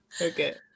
Okay